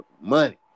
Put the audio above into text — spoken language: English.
money